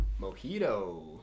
Mojito